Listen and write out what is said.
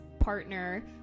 partner